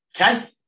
Okay